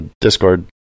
discord